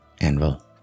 Anvil